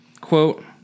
quote